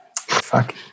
Fuck